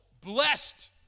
blessed